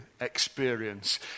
experience